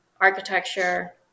architecture